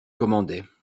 commandait